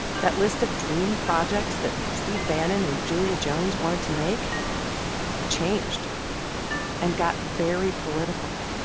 that list of dream projects that steve bannon and julia jones wanted to make changed and got very political.